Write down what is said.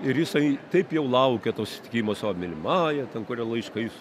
ir jisai taip jau laukia to susitikimo su savo mylimąja ten kuria laiškais